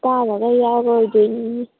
ꯑꯄꯥꯕꯉꯩ ꯌꯥꯎꯔꯣꯏꯗꯣꯏꯅꯤꯅꯦ